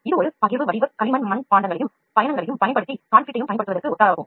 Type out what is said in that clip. இது களிமண் மட்பாண்டங்களையும் கான்கிரீட்டையும் பயன்படுத்துவதற்கு ஒத்ததாகும்